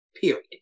Period